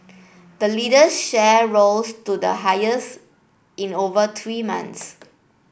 the lender's share rose to their highest in over three months